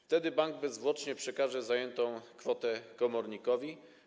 Wtedy bank bezzwłocznie przekaże zajętą kwotę komornikowi.